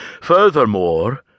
Furthermore